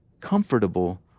comfortable